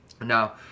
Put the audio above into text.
Now